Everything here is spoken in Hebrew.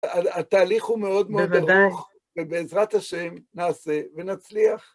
התהליך הוא מאוד מאוד ארוך, בוודאי, ובעזרת השם נעשה ונצליח.